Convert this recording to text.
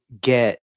get